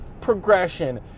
progression